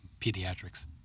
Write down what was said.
pediatrics